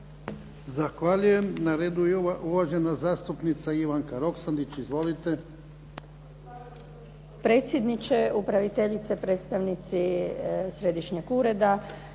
Zahvaljujem. Na redu je uvažena zastupnica Ivanka Roksandić. Izvolite.